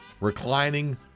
reclining